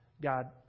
God